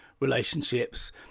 relationships